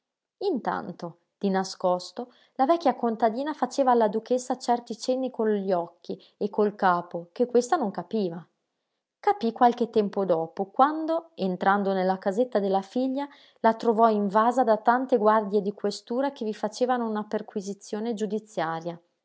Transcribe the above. intanto di nascosto la vecchia contadina faceva alla duchessa certi cenni con gli occhi e col capo che questa non capiva capí qualche tempo dopo quando entrando nella casetta della figlia la trovò invasa da tante guardie di questura che vi facevano una perquisizione giudiziaria